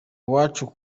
wacu